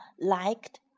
liked